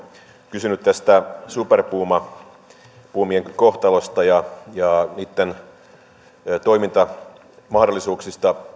kysynyt super pumien kohtalosta ja niitten toimintamahdollisuuksista